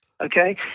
Okay